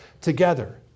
together